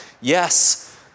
Yes